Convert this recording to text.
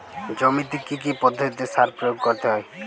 জমিতে কী কী পদ্ধতিতে সার প্রয়োগ করতে হয়?